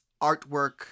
artwork